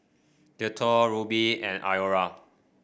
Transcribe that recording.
Dettol Rubi and Iora